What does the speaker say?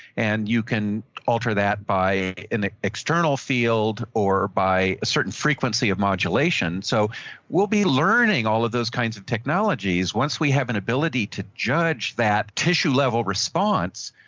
and you can alter that by an external field, or by a certain frequency of modulation. so we'll be learning all of those kinds of technologies. once we have an ability to judge that tissue level response,